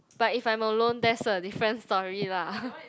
but if I'm alone that's a different story lah